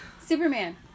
Superman